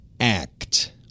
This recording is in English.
act